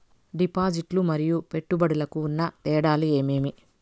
డిపాజిట్లు లు మరియు పెట్టుబడులకు ఉన్న తేడాలు ఏమేమీ?